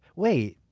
wait.